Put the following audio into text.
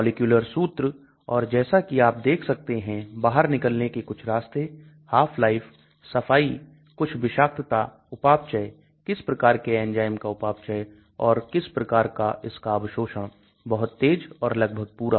molecular सूत्र और जैसा कि आप देख सकते हैं बाहर निकालने के कुछ रास्ते half life सफाई कुछ विषाक्तता उपापचय किस प्रकार के एंजाइम का उपापचय और किस प्रकार का इसका अवशोषण बहुत तेज और लगभग पूरा